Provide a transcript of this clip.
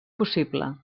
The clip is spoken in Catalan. possible